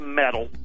metal